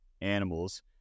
animals